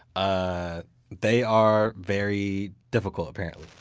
ah they are very difficult, apparently.